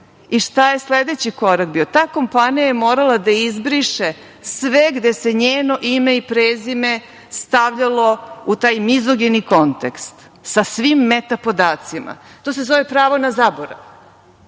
i šta je sledeći korak bio? Ta kompanija je morala da izbriše sve gde se njeno ime i prezime stavljalo u taj mizogeni kontekst, sa svim metapodacima. To se zove pravo na zaborav,